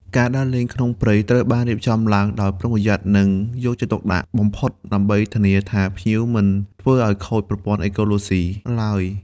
ការដើរលេងក្នុងព្រៃត្រូវបានរៀបចំឡើងដោយប្រុងប្រយ័ត្ន និងយកចិត្តទុកដាក់បំផុតដើម្បីធានាថាភ្ញៀវមិនធ្វើឱ្យខូច ប្រព័ន្ធអេកូឡូស៊ី ឡើយ។